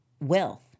wealth